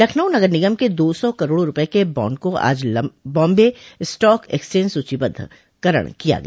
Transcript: लखनऊ नगर निगम के दो सौ करोड़ रूपये के बॉन्ड का आज बॉम्बे स्टॉक एक्सचेंज सूचीबद्धकरण किया गया